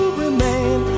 remain